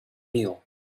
meal